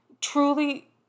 truly